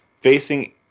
Facing